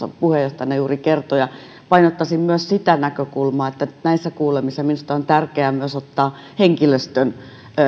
puheenjohtajana juuri kertoi painottaisin myös sitä näkökulmaa että näissä kuulemisissa minusta on tärkeää myös ottaa henkilöstön